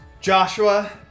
Joshua